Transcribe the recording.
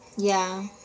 ya